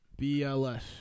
BLS